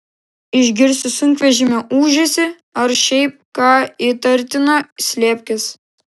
išgirsi sunkvežimio ūžesį ar šiaip ką įtartino slėpkis